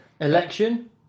Election